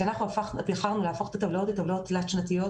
כשאנחנו בחרנו להפוך את הטבלאות לטבלאות תלת שנתיות,